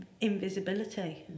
invisibility